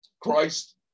Christ